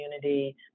community